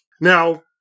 Now